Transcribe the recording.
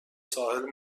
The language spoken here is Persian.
ساحل